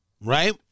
right